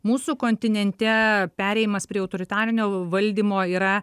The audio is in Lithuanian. mūsų kontinente perėjimas prie autoritarinio valdymo yra